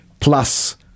plus